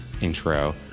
intro